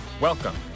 welcome